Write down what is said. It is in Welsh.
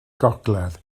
gogledd